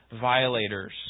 violators